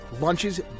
Lunches